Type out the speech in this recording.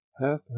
half